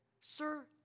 Sir